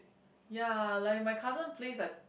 ya like my cousin plays like